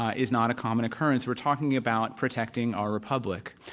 ah is not a common occurrence. we're talking about protecting our republic.